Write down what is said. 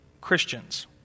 Christians